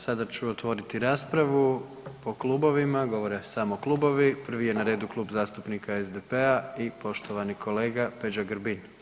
Sada ću otvoriti raspravu po klubovima, govore samo klubovi, prvi je na redu Klub zastupnika SDP-a i poštovani kolega Peđa Grbin.